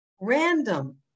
random